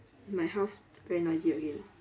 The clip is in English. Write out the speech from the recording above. my house very noisy again